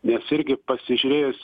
nes irgi pasižiūrėjus